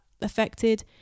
affected